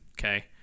Okay